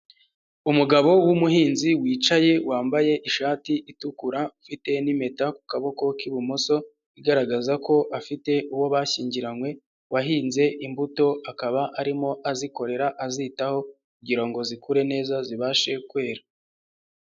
Umugabo w'umuhinzi wicaye wambaye ishati itukura ufite n'impeta ku kaboko k'ibumoso igaragaza ko afite uwo bashyingiranywe wahinze imbuto akaba arimo azikorera azitaho kugira ngo zikure neza zibashe kwera.